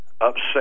upset